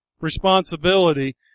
responsibility